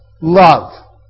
love